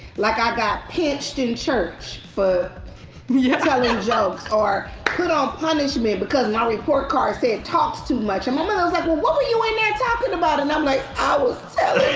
like i got pinched in church for yeah telling jokes or put on punishment because my report card said, talks too much. and my mother was like, well what were you in there talking about? and i'm like, i was